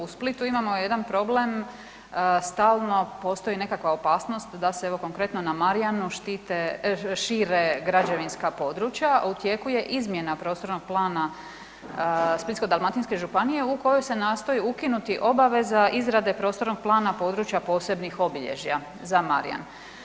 U Splitu imamo jedan problem, stalno postoji nekakva opasnost, da se, evo, konkretno na Marjanu štite, šire građevinska područja, u tijeku je izmjena Prostornog plana Splitsko-dalmatinske županije u kojoj se nastoji ukinuti obaveza izrade prostornog plana područja posebnih obilježja za Marjan.